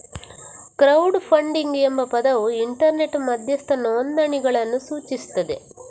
crowd funding ಎಂಬ ಪದವು internet ಮಧ್ಯಸ್ಥ ನೋಂದಣಿಗಳನ್ನು ಸೂಚಿಸುತ್ತದೆ